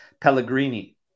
Pellegrini